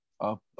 up